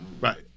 Right